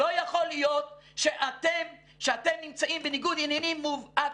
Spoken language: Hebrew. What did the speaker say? לא יכול להיות שאתם נמצאים בניגוד עניינים מובהק.